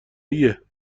ایه